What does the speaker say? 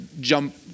jump